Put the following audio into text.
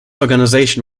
organization